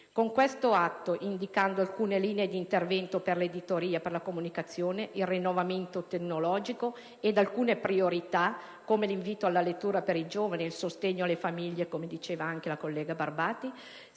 discussione, indicando alcune linee di intervento per l'editoria, la comunicazione, il rinnovamento tecnologico ed alcune priorità, come l'invito alla lettura per i giovani e il sostegno alle famiglie, come ha sottolineato anche la collega Sbarbati,